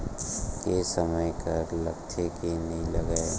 के समय कर लगथे के नइ लगय?